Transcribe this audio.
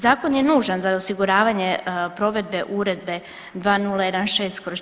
Zakon je nužan za osiguravanje provedbe Uredbe 2016/